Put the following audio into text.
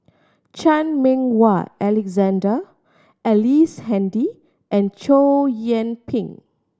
Chan Meng Wah Alexander Ellice Handy and Chow Yian Ping